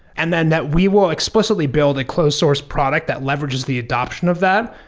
and then that we will explicitly build a closed source product that leverages the adoption of that,